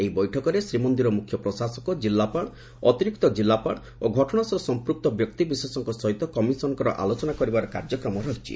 ଏହି ବୈଠକରେ ଶ୍ରୀମନ୍ଦିର ମୁଖ୍ୟ ପ୍ରଶାସକ ଜିଲ୍ଲାପାଳ ଅତିରିକ୍ତ ଜିଲ୍ଲାପାଳ ଓ ଘଟଶା ସହ ସଂପୂକ୍ତ ବ୍ୟକ୍ତିବିଶେଷଙ୍ଙ ସହିତ କମିଶନଙ୍କର ଆଲୋଚନା କରିବାର କାର୍ଯ୍ୟକ୍ରମ ରହିଛି